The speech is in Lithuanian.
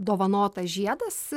dovanotas žiedas